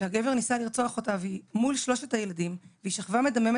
שהגבר ניסה לרצוח אותה מול שלושת הילדים שלה והיא שכבה מדממת